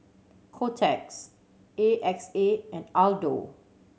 Kotex A X A and Aldo